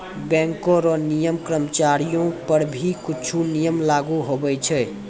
bank रो नियम कर्मचारीयो पर भी कुछु नियम लागू हुवै छै